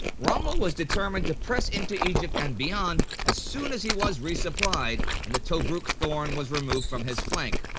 rommel was determined to press into egypt and beyond as soon as he was re-supplied and the tobruk thorn was removed from his flank.